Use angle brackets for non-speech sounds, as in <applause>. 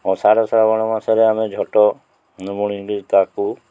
ଆଷାଢ଼ ଶ୍ରାବଣ ମାସରେ ଆମେ ଝୋଟ <unintelligible> ତାକୁ